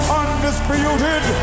undisputed